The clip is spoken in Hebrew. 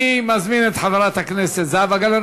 אני מזמין את חברת הכנסת זהבה גלאון.